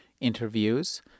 interviews